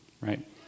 right